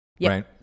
right